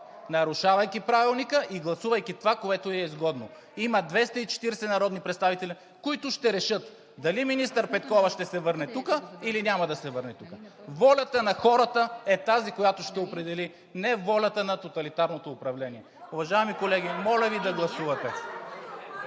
нарушавайки Правилника и гласувайки това, което им е изгодно. Има 240 народни представители, които ще решат дали министър Петкова ще се върне тук, или няма да се върне тук. Волята на хората е тази, която ще определи – не волята на тоталитарното управление. Уважаеми колеги, моля Ви да гласувате.